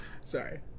Sorry